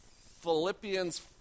Philippians